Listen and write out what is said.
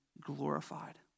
glorified